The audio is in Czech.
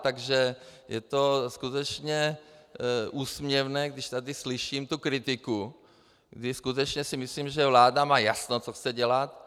Takže je to skutečně úsměvné, když tady slyším tu kritiku, kdy skutečně si myslím, že vláda má jasno, co chce dělat.